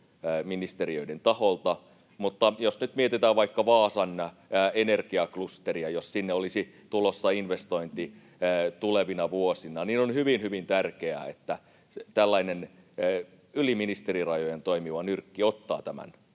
ministeriöiden taholta, mutta jos nyt mietitään vaikka Vaasan energiaklusteria: jos sinne olisi tulossa investointi tulevina vuosina, niin on hyvin, hyvin tärkeää, että tällainen yli ministeriörajojen toimiva nyrkki ottaa tämän